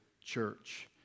church